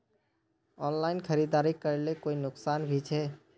Online खरीदारी करले कोई नुकसान भी छे?